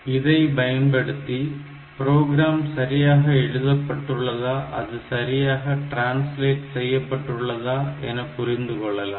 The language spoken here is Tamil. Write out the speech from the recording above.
இதை பயன்படுத்தி ப்ரோக்ராம் சரியாக எழுதப்பட்டுள்ளதா அது சரியாக டிரான்ஸ்லேட் செய்யப்பட்டுள்ளதா என புரிந்து கொள்ளலாம்